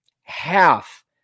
Half